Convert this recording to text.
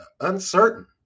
uncertain